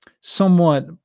somewhat